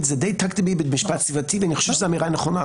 זה די תקדימי במשפט סביבתי ואני חושב שזו אמירה נכונה,